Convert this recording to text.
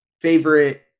Favorite